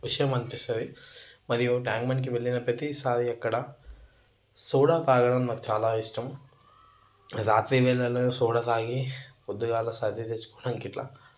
విషయం అనిపిస్తది మరియు ట్యాంక్ బండ్కి వెళ్ళిన ప్రతిసారి సోడా తాగడం నాకు చాలా ఇష్టం రాత్రి వేళల్లో సోడా తాగి పొద్దుగాల శక్తి తెచ్చుకోవడానికి గిట్ల